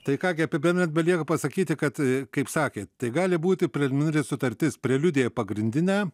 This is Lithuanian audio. tai ką gi apibendrint belieka pasakyti kad kaip sakėt tai gali būti preliminari sutartis preliudija į pagrindinę